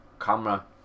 camera